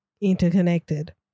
interconnected